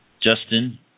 Justin